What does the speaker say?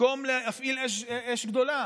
במקום להפעיל אש גדולה,